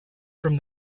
from